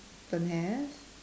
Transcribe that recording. don't have